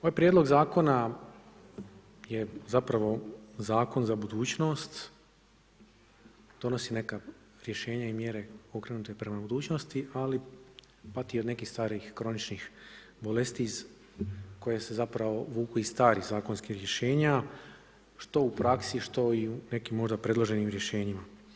Ovaj Prijedlog zakona je zapravo zakon za budućnost, donosi neka rješenja i mjere okrenute prema budućnosti, ali pati od nekih starih kroničnih bolesti koje se zapravo vuku iz starih zakonskih rješenja, što u praksi što i u možda nekim predloženim rješenjima.